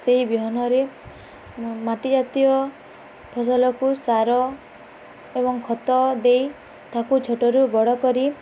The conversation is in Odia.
ସେହି ବିହନରେ ମାଟି ଜାତୀୟ ଫସଲକୁ ସାର ଏବଂ ଖତ ଦେଇ ତାକୁ ଛୋଟରୁ ବଡ଼ କରି